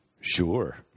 Sure